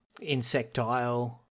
insectile